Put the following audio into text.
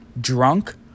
drunk